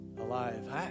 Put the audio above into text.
alive